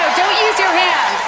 don't use your hands.